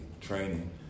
training